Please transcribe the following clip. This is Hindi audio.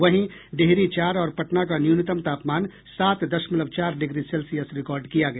वहीं डिहरी चार और पटना का न्यूनतम तापमान सात दशमलव चार डिग्री सेल्सियस रिकॉर्ड किया गया